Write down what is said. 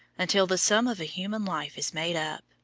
until the sum of a human life is made up,